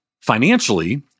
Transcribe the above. financially